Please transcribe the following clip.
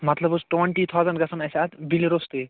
مطلب حظ twenty thousand گژھَن اسہِ اَتھ بِلہِ روٚستٕے